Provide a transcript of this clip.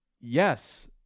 Yes